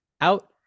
out